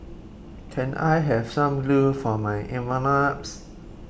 can I have some glue for my